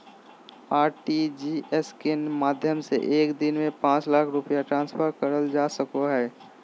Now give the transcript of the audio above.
RTGS के माध्यम से एक दिन में पांच लाख रुपया ट्रांसफर करल जा सको हय